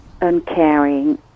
uncaring